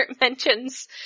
mentions